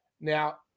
Now